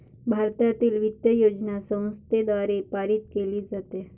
भारतातील वित्त योजना संसदेद्वारे पारित केली जाते